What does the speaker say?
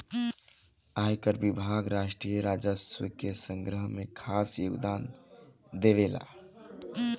आयकर विभाग राष्ट्रीय राजस्व के संग्रह में खास योगदान देवेला